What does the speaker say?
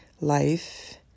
life